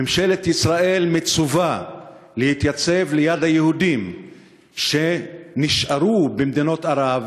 ממשלת ישראל מצווה להתייצב לצד היהודים שנשארו במדינות ערב